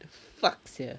fuck sia